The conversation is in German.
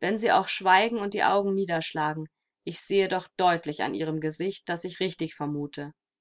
wenn sie auch schweigen und die augen niederschlagen ich sehe doch deutlich an ihrem gesicht daß ich richtig vermute